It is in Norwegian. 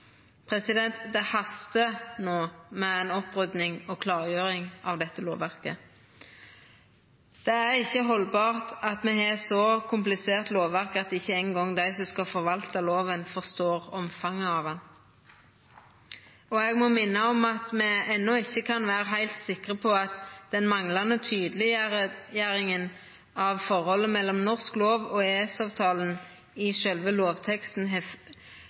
Det hastar no med ei opprydding og klargjering av dette lovverket. Det er ikkje haldbart at me har eit så komplisert lovverk at ikkje eingong dei som skal forvalta loven, forstår omfanget av han. Eg må minna om at me enno ikkje kan vera heilt sikre på at den manglande tydeleggjeringa av forholdet mellom norsk lov og EØS-avtalen i sjølve lovteksten